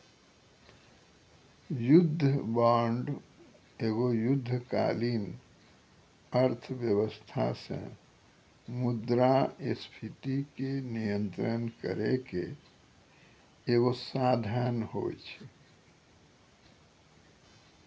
युद्ध बांड एगो युद्धकालीन अर्थव्यवस्था से मुद्रास्फीति के नियंत्रण करै के एगो साधन होय छै